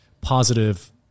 positive